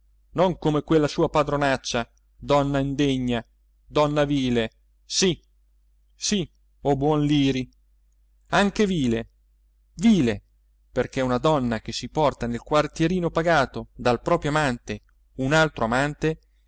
non come quella sua padronaccia donna indegna donna vile sì sì o buon liri anche vile vile perché una donna che si porta nel quartierino pagato dal proprio amante un altro amante